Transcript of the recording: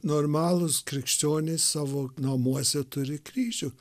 normalūs krikščionys savo namuose turi kryžių